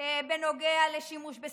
בנוגע לשימוש בסמים,